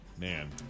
Man